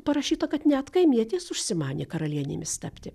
parašyta kad net kaimietės užsimanė karalienėmis tapti